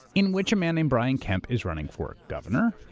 in which a man named brian kemp is running for governor,